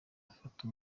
bafata